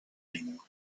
anymore